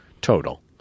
total